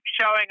showing